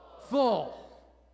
full